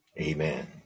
Amen